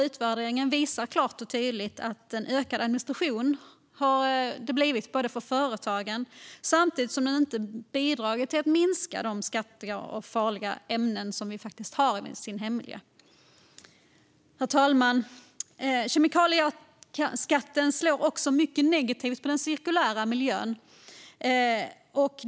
Utvärderingen visade klart och tydligt att skatten har lett till ökad administration för företagen samtidigt som den inte har bidragit till att minska mängden farliga ämnen i vår hemmiljö. Herr talman! Kemikalieskatten slår också mycket negativt på den cirkulära ekonomin.